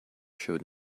showed